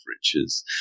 riches